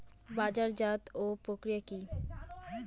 বাজারজাতও প্রক্রিয়া কি?